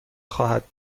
خواهد